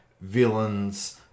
villains